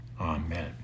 Amen